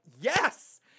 yes